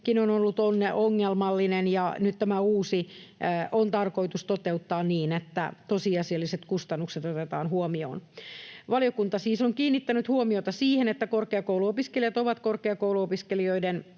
on ollut ongelmallinen, ja nyt tämä uusi on tarkoitus toteuttaa niin, että tosiasialliset kustannukset otetaan huomioon. Valiokunta siis on kiinnittänyt huomiota siihen, että korkeakouluopiskelijat saavat jatkossa riittävän